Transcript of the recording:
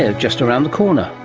ah just around the corner.